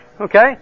Okay